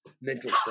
mental